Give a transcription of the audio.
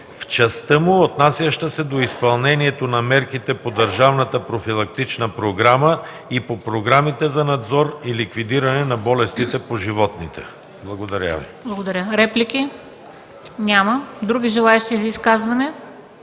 „в частта му, отнасяща се до изпълнението на мерките по държавната профилактична програма и по програмите за надзор и ликвидиране на болестите по животните”. Благодаря Ви.